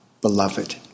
beloved